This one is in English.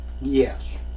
Yes